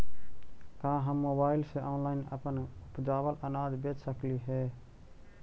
का हम मोबाईल से ऑनलाइन अपन उपजावल अनाज बेच सकली हे?